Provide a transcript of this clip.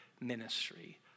ministry